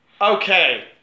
Okay